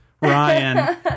Ryan